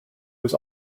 was